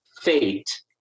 fate